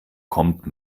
kommt